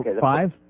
Five